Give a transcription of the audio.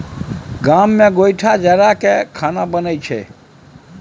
गाम मे गोयठा जरा कय खाना बनइ छै